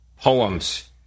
poems